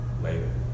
later